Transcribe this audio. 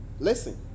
Listen